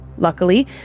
Luckily